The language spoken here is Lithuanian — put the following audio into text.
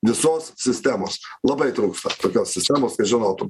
visos sistemos labai trūksta tokios sistemos kad žinotum